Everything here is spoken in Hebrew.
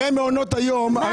הרי מעונות היום- -- זה שטויות.